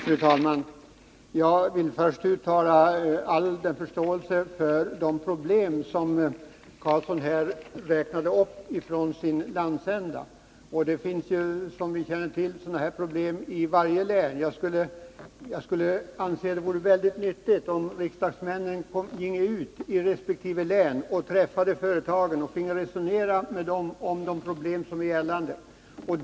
Fru talman! Jag vill först uttala all min förståelse för de problem som Helge Karlsson räknade upp när han tog exempel från sin landsända. Sådana här problem finns, som vi känner till, i varje län. Jag skulle anse att det vore mycket nyttigt om riksdagsmännen ginge ut i resp. län och träffade representanter för företagen och finge resonera med dessa om de problem man har.